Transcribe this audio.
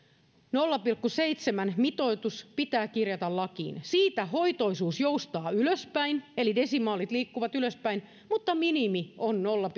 nolla pilkku seitsemän mitoitus pitää kirjata lakiin siitä hoitoisuus joustaa ylöspäin eli desimaalit liikkuvat ylöspäin mutta nolla